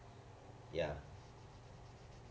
ya